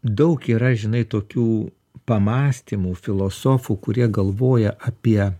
daug yra žinai tokių pamąstymų filosofų kurie galvoja apie